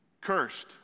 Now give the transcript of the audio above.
cursed